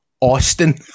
Austin